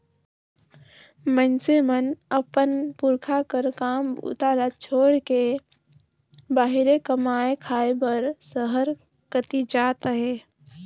मइनसे मन अपन पुरखा कर काम बूता ल छोएड़ के बाहिरे कमाए खाए बर सहर कती जात अहे